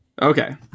Okay